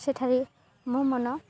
ସେଠାରେ ମୋ ମନ